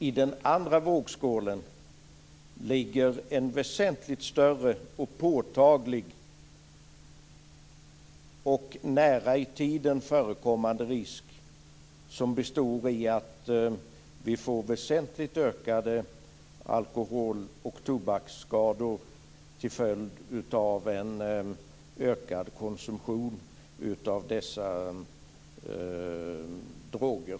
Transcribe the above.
I den andra vågskålen ligger en väsentligt större, påtaglig och nära i tiden föreliggande risk för väsentligt ökade alkohol och tobaksskador till följd av en ökad konsumtion av dessa droger.